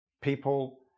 people